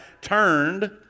turned